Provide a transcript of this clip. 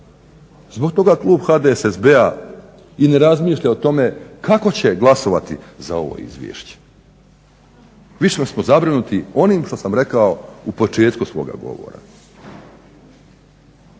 Zbog toga klub HDSSB-a i ne razmišlja o tome kako će glasovati za ovo izvješće. Više smo zabrinuti onim što sam rekao u početku svoga govora.